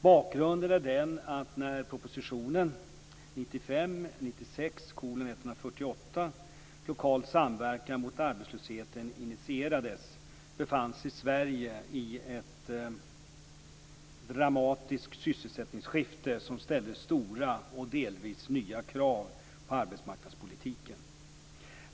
Bakgrunden är den att när propositionen 1995/96:148 Lokal samverkan mot arbetslösheten initierades, befann sig Sverige i ett dramatiskt sysselsättningsskifte som ställde stora och delvis nya krav på arbetsmarknadspolitiken.